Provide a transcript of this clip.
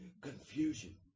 confusion